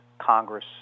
Congress